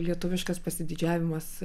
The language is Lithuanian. lietuviškas pasididžiavimas